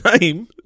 name